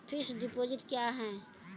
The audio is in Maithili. फिक्स्ड डिपोजिट क्या हैं?